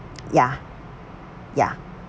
ya ya